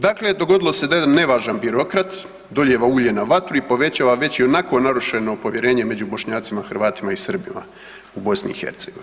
Dakle, dogodilo se da jedan nevažan birokrat doljeva ulje na vatru i povećava već ionako narušeno povjerenje među Bošnjacima, Hrvatima i Srbima u BiH.